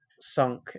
sunk